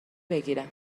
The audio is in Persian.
بگیرم